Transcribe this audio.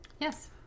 Yes